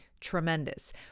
tremendous